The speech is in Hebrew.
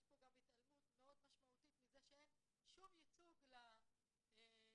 יש כאן התעלמות מאוד משמעותית מכך שאין כל ייצוג לגנים